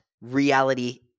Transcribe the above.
reality